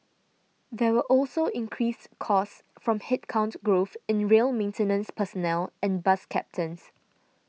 there were also increased costs from headcount growth in rail maintenance personnel and bus captains